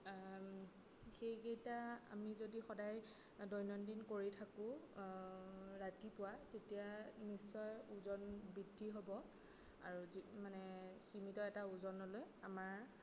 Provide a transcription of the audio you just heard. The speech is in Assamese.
সেইকেইটা আমি যদি সদায় দৈনন্দিন কৰি থাকোঁ ৰাতিপুৱা তেতিয়া নিশ্চয় ওজন বৃদ্ধি হ'ব আৰু মানে সীমিত এটা ওজনলৈ আমাৰ